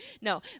No